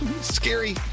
Scary